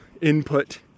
input